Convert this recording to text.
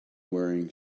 wearing